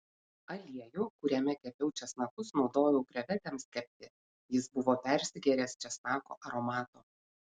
aliejų kuriame kepiau česnakus naudojau krevetėms kepti jis buvo persigėręs česnako aromato